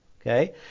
Okay